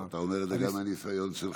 אז אתה אומר את זה גם מהניסיון שלך.